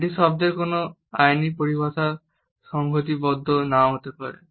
এটি শব্দের কোনো আইনি পরিভাষায় সংহিতাবদ্ধ নাও হতে পারে